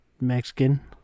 Mexican